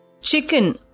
Chicken